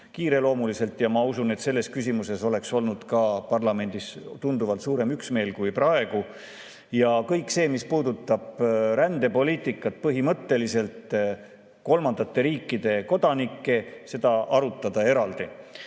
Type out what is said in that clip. kiireloomuliselt. Ma usun, et selles küsimuses oleks olnud ka parlamendis tunduvalt suurem üksmeel kui praegu. Kõike seda, mis puudutab rändepoliitikat, põhimõtteliselt kolmandate riikide kodanikke, [tulnuks] arutada eraldi.